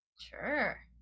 Sure